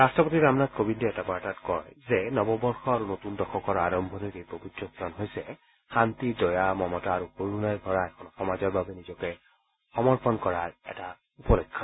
ৰাট্টপতি ৰামনাথ কোবিন্দে এটা বাৰ্তাত কয় যে নৱবৰ্ষ আৰু নতুন দশকৰ আৰম্ভণিৰ এই পৱিত্ৰ ক্ষণ হৈছে এখন শাস্তিপুৰ্ণ দয়া মমতা আৰু কৰুণাৰে ভৰা এখন সমাজৰ বাবে নিজকে সমৰ্পণ কৰাৰ এটা উপলক্ষ্য